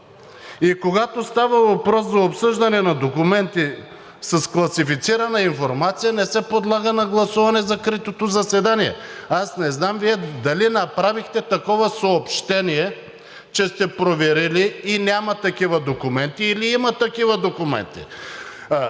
и когато става въпрос за обсъждане на документи с класифицирана информация, не се подлага на гласуване закритото заседание. Аз не знам Вие дали направихте такова съобщение, че сте проверили и че няма такива документи или има такива документи.